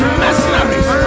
mercenaries